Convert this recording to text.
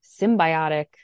symbiotic